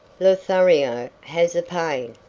lothario has a pain,